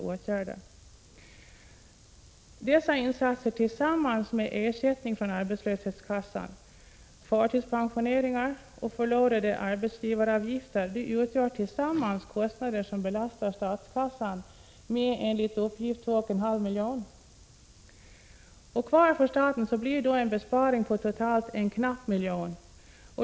Kostnaden för dessa insatser tillsammans med ersättning från arbetslöshetskassa, kostnader för förtidspensionering samt förlorade arbetsgivaravgifter belastar statskassan med, enligt uppgift, 2,5 miljoner. Kvar för staten blir då en besparing på totalt en knapp miljon.